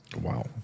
Wow